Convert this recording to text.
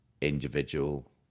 individual